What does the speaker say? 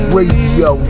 Radio